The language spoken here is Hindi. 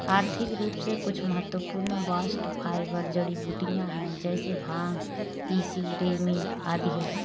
आर्थिक रूप से कुछ महत्वपूर्ण बास्ट फाइबर जड़ीबूटियां है जैसे भांग, तिसी, रेमी आदि है